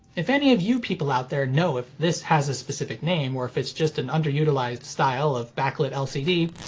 if any of you people out there know if this has a specific name, or if it's just an underutilized style of backlit lcd,